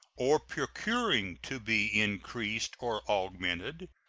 or procuring to be increased or augmented,